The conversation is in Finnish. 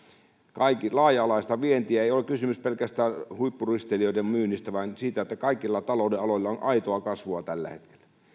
on laaja alaista vientiä ei ole kysymys pelkästään huippuristeilijöiden myynnistä vaan siitä että kaikilla talouden aloilla on aitoa kasvua tällä hetkellä